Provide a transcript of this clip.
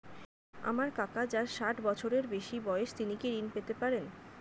আমার কাকা যার ষাঠ বছরের বেশি বয়স তিনি কি ঋন পেতে পারেন?